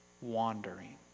wandering